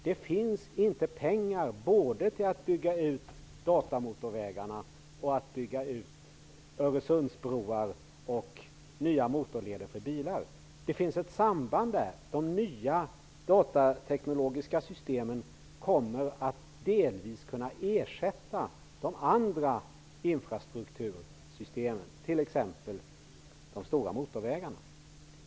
Det finns inte pengar både till att bygga ut datamotorvägarna och att bygga Öresundsbroar och nya motorleder för bilar. Det finns ett samband. De nya datateknologiska systemen kommer att delvis kunna ersätta andra infrastruktursystem, t.ex. de stora motorvägarna.